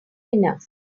enough